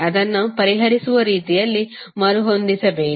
ಅದನ್ನು ಪರಿಹರಿಸುವ ರೀತಿಯಲ್ಲಿ ಮರುಹೊಂದಿಸಬೇಕು